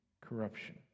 corruption